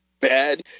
Bad